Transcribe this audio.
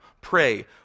pray